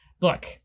look